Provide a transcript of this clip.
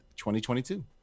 2022